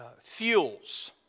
fuels